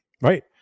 Right